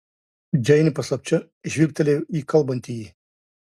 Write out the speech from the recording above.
džeinė paslapčia žvilgtelėjo į kalbantįjį